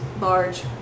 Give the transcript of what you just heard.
large